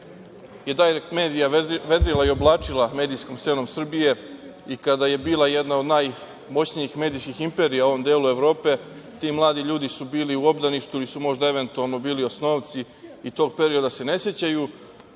je „Dajrekt medija“ vedrila i oblačila medijskom scenom Srbije i kada je bila jedna od najmoćnijih medijskih imperija u ovom delu Evrope, ti mladi ljudi su bili u obdaništu ili su možda eventualno bili osnovci i tog perioda se ne sećaju,